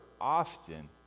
often